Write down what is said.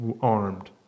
armed